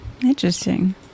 interesting